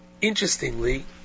interestingly